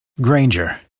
Granger